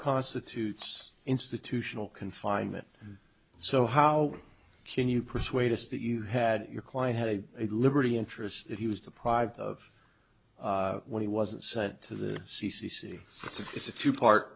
constitutes institutional confinement so how can you persuade us that you had your client had a liberty interest that he was deprived of when he wasn't sent to the c c c it's a two part